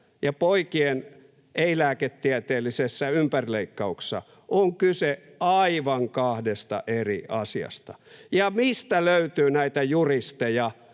ja poikien ei-lääketieteellisessä ympärileikkauksessa on kyse aivan kahdesta eri asiasta. Mistä löytyy näitä juristeja,